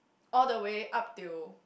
all the way up till